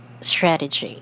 strategy